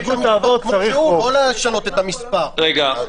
החירום באופן כללי ונותן בעצם את הפלטפורמה שממנה תראו,